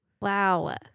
Wow